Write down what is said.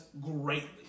greatly